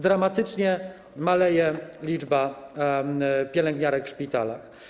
Dramatycznie maleje liczba pielęgniarek w szpitalach.